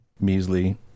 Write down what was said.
measly